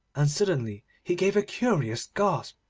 and suddenly he gave a curious gasp,